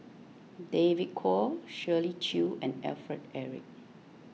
David Kwo Shirley Chew and Alfred Eric